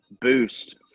boost